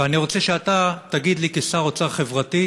ואני רוצה שאתה תגיד לי, כשר אוצר חברתי,